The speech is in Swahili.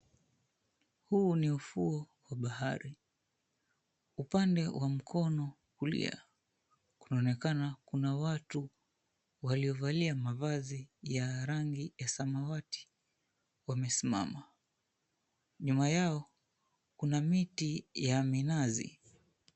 Huu ni ufuo wa bahari. Upande wa mkono kulia ,kunaonekana kuna watu waliovalia mavazi ya rangi ya samawati wamesimama. Nyuma yao kuna miti ya minazi.